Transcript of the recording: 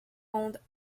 ondes